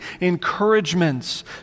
encouragements